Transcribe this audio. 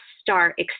start